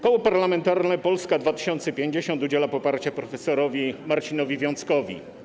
Koło Parlamentarne Polska 2050 udziela poparcia prof. Marcinowi Wiąckowi.